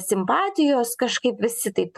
simpatijos kažkaip visi taip